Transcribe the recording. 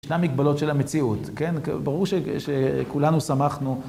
ישנן מגבלות של המציאות, כן? ברור שכולנו שמחנו.